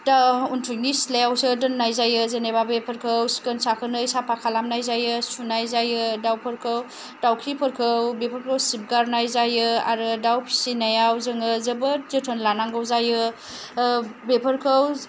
दाउ उनथिंनि सिथ्लायावसो दोननाय जायो जेनेबा बेफोरखौ सिखोन साखोनै साफा खालामनाय जायो सुनाय जायो दाउफोरखौ दाउखिफोरखौ बेफोरखौ सिबगारनाय जायो आरो दाउ फिसिनायाव जोङो जोबोर जोथोन लानांगौ जायो बेफोरखौ